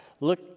Look